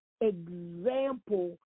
example